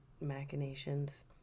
machinations